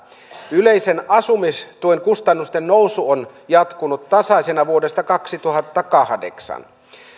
yleisen asumistuen kustannusten nousu on jatkunut tasaisena vuodesta kaksituhattakahdeksan